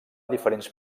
diferents